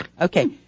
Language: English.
Okay